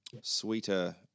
Sweeter